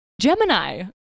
Gemini